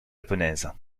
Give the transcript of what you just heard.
japonaises